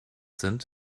sind